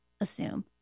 assume